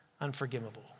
Unforgivable